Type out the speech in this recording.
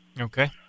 Okay